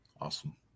Awesome